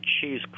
cheese